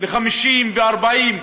ל-50 ול-40?